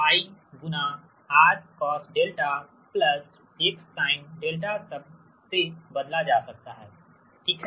∗ R cos δ X sin δ शब्द से बदला जा सकता हैसही है